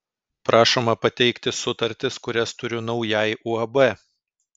prašoma pateikti sutartis kurias turiu naujai uab